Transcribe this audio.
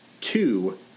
Two